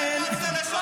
אתה ירקת לעבר שוטר.